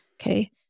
Okay